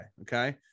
Okay